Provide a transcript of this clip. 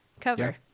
cover